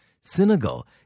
Senegal